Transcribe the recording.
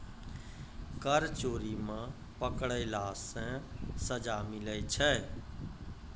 कर चोरी मे पकड़ैला से सजा मिलै छै